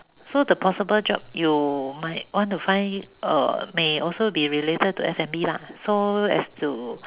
so the possible job you might want to find uh may also be related to F_N_B lah so as to